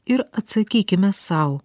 ir atsakykime sau